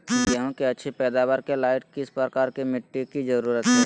गेंहू की अच्छी पैदाबार के लाइट किस प्रकार की मिटटी की जरुरत है?